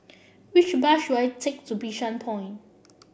which bus should I take to Bishan Point